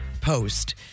post